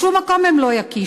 בשום מקום הם לא יקישו,